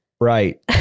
Right